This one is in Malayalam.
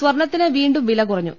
സ്വർണ്ണത്തിന് വീണ്ടും വില കുറഞ്ഞു